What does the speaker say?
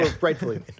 rightfully